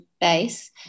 base